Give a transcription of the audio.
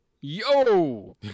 Yo